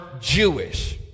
Jewish